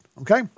Okay